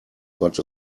got